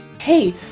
Hey